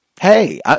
Hey